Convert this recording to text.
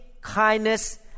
kindness